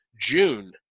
June